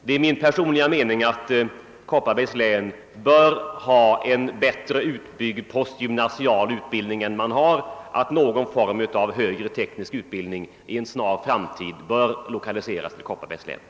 Det är min personliga mening att Kopparbergs län bör ha en bättre utbyggd postgymnasial utbildning, att någon form av högre teknisk utbildning i en snar framtid bör lokaliseras till länet.